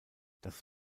das